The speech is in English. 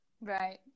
right